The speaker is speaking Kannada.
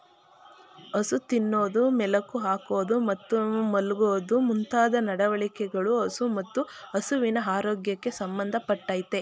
ಹಸು ತಿನ್ನೋದು ಮೆಲುಕು ಹಾಕೋದು ಮತ್ತು ಮಲ್ಗೋದು ಮುಂತಾದ ನಡವಳಿಕೆಗಳು ಹಸು ಮತ್ತು ಹಸುವಿನ ಆರೋಗ್ಯಕ್ಕೆ ಸಂಬಂಧ ಪಟ್ಟಯ್ತೆ